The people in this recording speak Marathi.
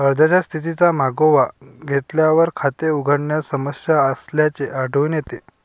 अर्जाच्या स्थितीचा मागोवा घेतल्यावर, खाते उघडण्यात समस्या असल्याचे आढळून येते